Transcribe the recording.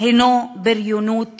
הוא בריונות